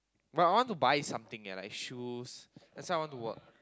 but I want to buy something eh like shoes that's why I want to work